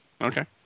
Okay